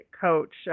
coach